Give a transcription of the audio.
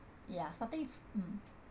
ya starting mm